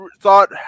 thought